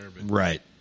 Right